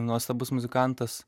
nuostabus muzikantas